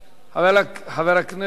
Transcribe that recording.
חבר הכנסת